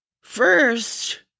first